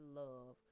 love